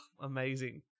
amazing